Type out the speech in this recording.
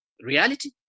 Reality